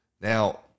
Now